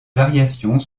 variations